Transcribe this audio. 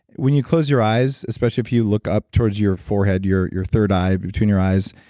when you close your eyes, especially if you look up towards your forehead, your your third eye between your eyes,